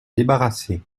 débarrassé